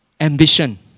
ambition